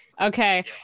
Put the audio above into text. Okay